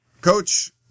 Coach